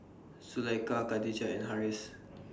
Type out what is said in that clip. Zulaikha Khadija and Harris